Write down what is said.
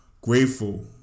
grateful